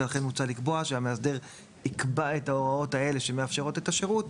ולכן הוצע לקבוע שהמאסדר יקבע את ההוראות האלה שמאפשרות את השירות,